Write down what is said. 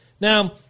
Now